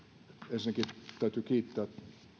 ensinnäkin täytyy kiittää